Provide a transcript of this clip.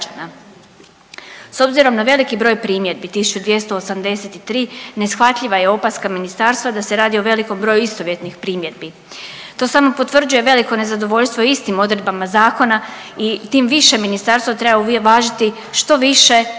S obzirom na veliki broj primjedbi 1283 neshvatljiva je opaska ministarstva da se radi o velikom broju istovjetnih primjedbi. To samo potvrđuje veliko nezadovoljstvo istim odredbama zakona i tim više ministarstvo treba uvažiti što više i